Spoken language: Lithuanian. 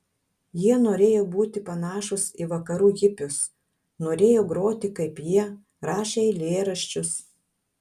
jie norėjo būti panašūs į vakarų hipius norėjo groti kaip jie rašė eilėraščius